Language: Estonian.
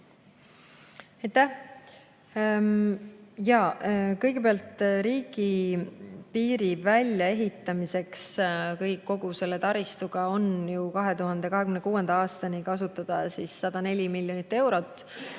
Kõigepealt, riigipiiri väljaehitamiseks kogu selle taristuga on ju 2026. aastani kasutada 104 miljonit eurot.